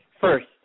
first